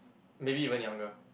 maybe even younger